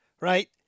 right